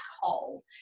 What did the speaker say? hole